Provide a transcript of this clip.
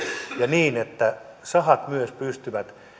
ja niin että sahat myös voisivat